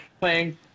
playing